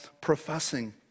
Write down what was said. professing